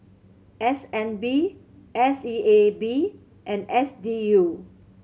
S N B S E A B and S D U